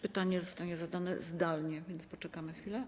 Pytanie zostanie zadane zdalnie, więc poczekamy chwilę.